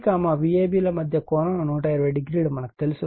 Vbc Vab మధ్య కోణం 120 o తెలుసు